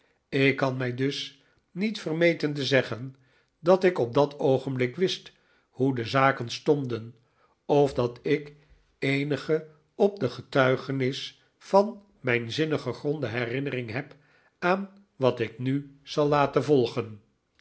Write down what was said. ik kan mij dus niet vermeten te zeggen dat ik op dat oogenblik wist hoe de zaken stonden of dat ik eenige op de getuigenis van mijn zinnen gegronde herinnering heb aan wat ik nu zal laten volgen